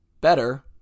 better